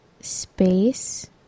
space